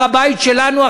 בגלל שהר-הבית שלנו,